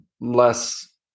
less